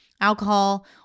alcohol